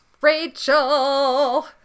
Rachel